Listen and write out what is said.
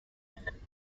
man